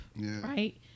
Right